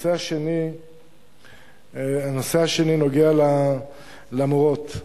הנושא השני נוגע למורות.